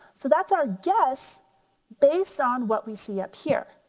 so that's our guess based on what we see up here.